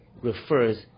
refers